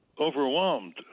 overwhelmed